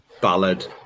ballad